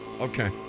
Okay